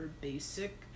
basic